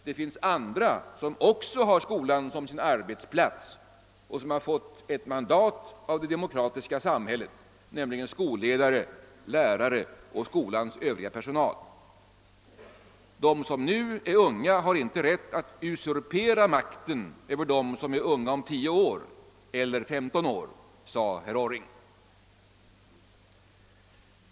Det finns andra som också har skolan som sin arbetsplats och som fått ett mandat av det demokratiska samhället, nämligen skolledare, lärare och skolans övriga personal.» De som nu är unga har inte rätt att usurpera makten över dem som är unga om tio eller femton år, sade herr Orring.